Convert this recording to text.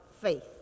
faith